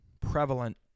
prevalent